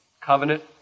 Covenant